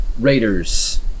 Raiders